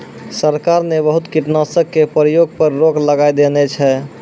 सरकार न बहुत कीटनाशक के प्रयोग पर रोक लगाय देने छै